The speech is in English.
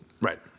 right